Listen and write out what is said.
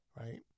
Right